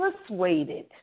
persuaded